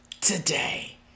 today